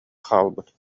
хаалбыт